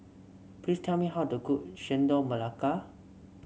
please tell me how to cook Chendol Melaka